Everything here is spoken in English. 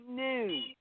news